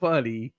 Funny